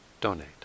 donate